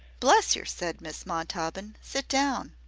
bless yer, said miss montaubyn, sit down.